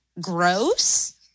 gross